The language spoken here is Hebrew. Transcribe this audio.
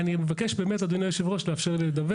אני מבקש, אדוני היושב-ראש, לאפשר לי לדבר.